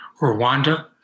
Rwanda